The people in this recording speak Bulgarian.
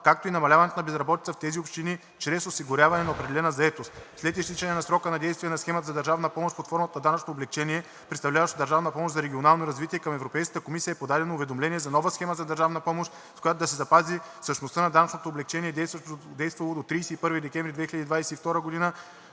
както и намаляването на безработицата в тези общини чрез осигуряване на определена заетост. След изтичане срока на действие на схемата за държавна помощ под формата на данъчно облекчение, представляващо държавна помощ за регионално развитие, към Европейската комисия е подадено уведомление за нова схема за държавна помощ, с която да се запази същността на данъчното облекчение, действало до 31 декември 2021 г.,